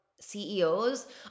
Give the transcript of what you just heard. CEOs